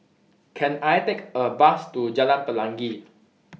Can I Take A Bus to Jalan Pelangi